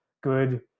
good